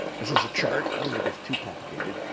this is a chart i don't think it's too complicated.